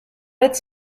its